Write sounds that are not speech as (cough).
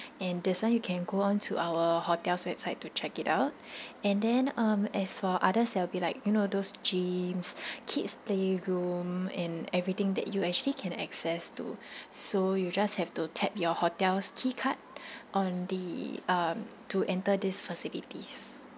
and this [one] you can go on to our hotel's website to check it out (breath) and then um as for others there will be like you know those gyms (breath) kids playroom and everything that you actually can access to so you just have to tap your hotel's key card (breath) on the um to enter these facilities